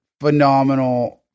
phenomenal